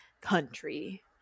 country